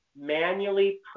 manually